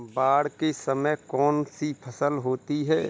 बाढ़ के समय में कौन सी फसल होती है?